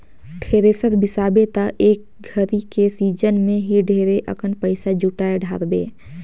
thresher बिसाबे त एक घरी के सिजन मे ही ढेरे अकन पइसा जुटाय डारबे